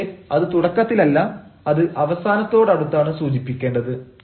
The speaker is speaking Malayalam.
പക്ഷേ അത് തുടക്കത്തിലല്ല അത് അവസാനത്തോടടുത്താണ് സൂചിപ്പിക്കേണ്ടത്